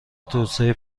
توسعه